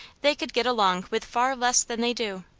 they could get along with far less than they do.